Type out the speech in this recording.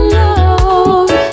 love